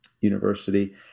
university